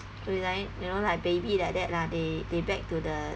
like you know like baby like that lah they they back to the